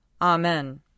Amen